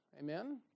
Amen